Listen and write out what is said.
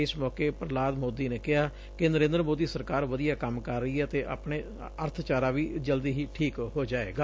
ਇਸ ਮੌਕੇ ਪਰਲਾਦ ਮੌਦੀ ਨੇ ਕਿਹਾ ਕਿ ਨਰੇਂਦਰ ਮੌਦੀ ਸਰਕਾਰ ਵਧੀਆ ਕੰਮ ਕਰ ਰਹੀ ਏ ਅਤੇ ਅਰਥਚਾਰਾ ਵੀ ਜਲਦੀ ਹੀ ਠੀਕ ਹੋ ਜਾਏਗਾ